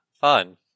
fun